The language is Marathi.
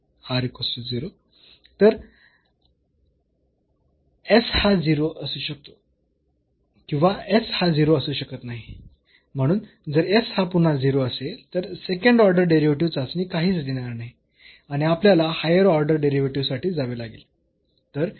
तर s हा 0 असू शकतो किंवा s हा 0 असू शकत नाही म्हणून जर s हा पुन्हा 0 असेल तर सेकंड ऑर्डर डेरिव्हेटिव्ह चाचणी काहीच देणार नाही आणि आपल्याला हायर ऑर्डर डेरिव्हेटिव्ह साठी जावे लागेल